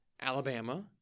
alabama